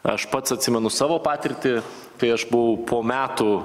aš pats atsimenu savo patirtį kai aš buvau po metų